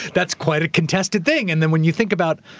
that's quite a contested thing. and then when you think about,